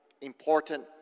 important